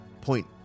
point